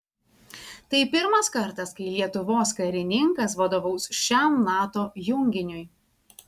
tai pirmas kartas kai lietuvos karininkas vadovaus šiam nato junginiui